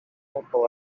capel